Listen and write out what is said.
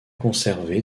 conservés